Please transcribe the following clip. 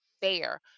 fair